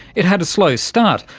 it had a slow start,